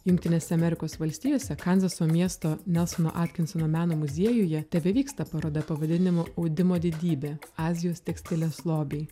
jungtinėse amerikos valstijose kanzaso miesto nelsono atkinsono meno muziejuje tebevyksta paroda pavadinimu audimo didybė azijos tekstilės lobiai